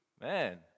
Man